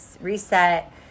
reset